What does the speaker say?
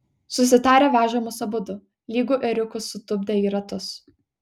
susitarę veža mus abudu lygu ėriukus sutupdę į ratus